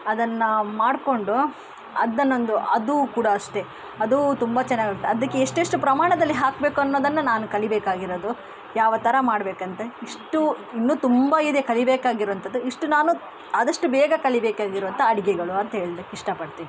ಅದನ್ನು ಮಾಡಿಕೊಂಡು ಅದನ್ನೊಂದು ಅದು ಕೂಡ ಅಷ್ಟೆ ಅದು ತುಂಬ ಚೆನ್ನಾಗಿರುತ್ತೆ ಅದಕ್ಕೆ ಎಷ್ಟೆಷ್ಟು ಪ್ರಮಾಣದಲ್ಲಿ ಹಾಕಬೇಕು ಅನ್ನೋದನ್ನು ನಾನು ಕಲಿಯಬೇಕಾಗಿರೋದು ಯಾವ ಥರ ಮಾಡಬೇಕಂಥ ಇಷ್ಟು ಇನ್ನೂ ತುಂಬ ಇದೆ ಕಲಿಬೇಕಾಗಿರುವಂಥದ್ದು ಇಷ್ಟು ನಾನು ಆದಷ್ಟು ಬೇಗ ಕಲಿಬೇಕಾಗಿರುವಂಥ ಅಡುಗೆಗಳು ಅಂತೇಳ್ಲಿಕ್ಕೆ ಇಷ್ಟಪಡ್ತೀನಿ